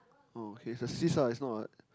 oh okay it's a cysts